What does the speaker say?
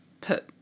put